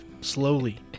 slowly